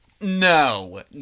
no